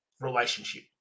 relationship